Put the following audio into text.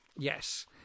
Yes